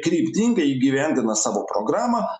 kryptingai įgyvendina savo programą